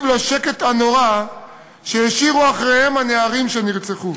לשקט הנורא שהשאירו אחריהם הנערים שנרצחו,